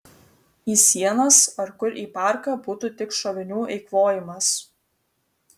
į sienas ar kur į parką būtų tik šovinių eikvojimas